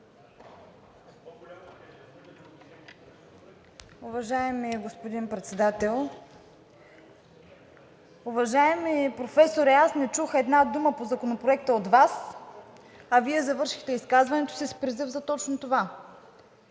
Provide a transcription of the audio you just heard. Уважаеми господин Председател! Уважаеми Професоре, аз не чух една дума по Законопроекта от Вас, а Вие завършихте изказването си с призив за точно това.